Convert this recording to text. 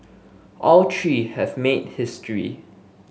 all three have made history